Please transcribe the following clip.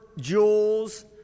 jewels